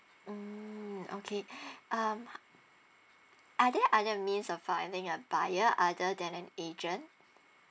mm okay um are there other means of finding a buyer other than an agent